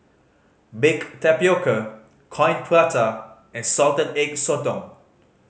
baked tapioca Coin Prata and Salted Egg Sotong